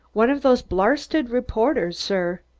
one of those blarsted reporters, sir.